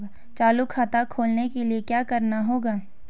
चालू खाता खोलने के लिए क्या करना होगा?